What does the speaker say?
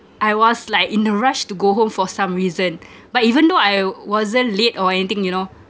I was like in a rush to go home for some reason but even though I wasn't late or anything you know